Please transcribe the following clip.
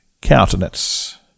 countenance